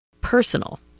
personal